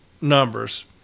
numbers